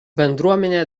bendruomenė